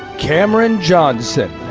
cameron johnson.